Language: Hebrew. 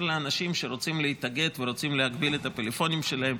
לאנשים שרוצים להתאגד ולהגביל את הטלפונים שלהם,